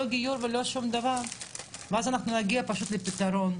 לא גיור ולא שום דבר ואז אנחנו נגיע פשוט לפתרון,